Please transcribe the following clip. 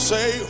Say